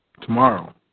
tomorrow